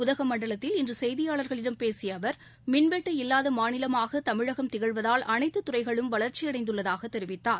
உதகமண்டலத்தில் இன்று செய்தியாளர்களிடம் பேசிய அவர் மின்வெட்டு இல்லாத மாநிலமாக தமிழகம் திகழ்வதால் அனைத்து துறைகளும் வளர்ச்சியடைந்துள்ளதாக தெரிவித்தார்